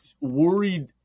worried